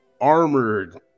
armored